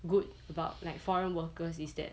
good about like foreign workers is that